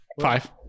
Five